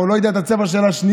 או לא יודע את הצבע של השנייה,